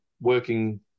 working